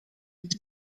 dit